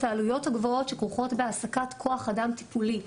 העלויות הגבוהות שכרוכות בהעסקת כוח אדם טיפולי.